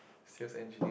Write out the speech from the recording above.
sales engineer